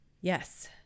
Yes